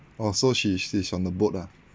orh so she she's on the boat lah